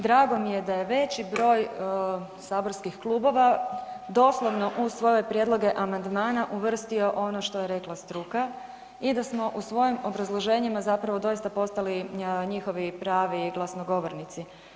Drago mi je da je veći broj saborskih klubova doslovno u svoje amandmana uvrstio ono što je rekla struka i da smo u svojim obrazloženjima zapravo doista postali njihovi pravi glasnogovornici.